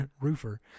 roofer